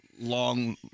long